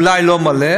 אולי לא מלא,